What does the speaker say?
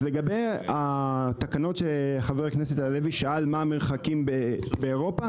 אז לגבי התקנות שחבר הכנסת הלוי שאל מה המרחקים באירופה?